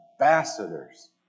ambassadors